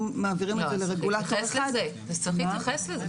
אם מעבירים את זה לרגולטור אחד --- אז צריך להתייחס לזה.